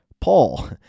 Paul